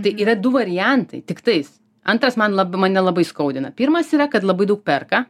tai yra du variantai tiktais antras man lab mane labai skaudina pirmas yra kad labai daug perka